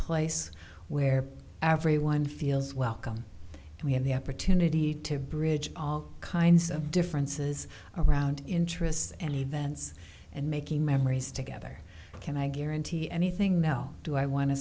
place where everyone feels welcome and we have the opportunity to bridge all kinds of differences around interests and events and making memories together can i guarantee anything mel do i want to